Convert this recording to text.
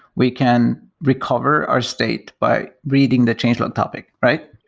we can recover our state by reading the change log topic, right?